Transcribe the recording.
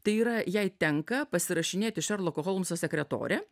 tai yra jai tenka pasirašinėti šerloko holmso sekretore